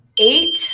Eight